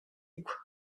igwa